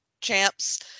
champs